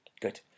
Good